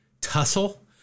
tussle